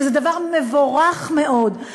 שזה דבר מבורך מאוד,